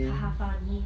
funny